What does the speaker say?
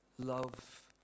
Love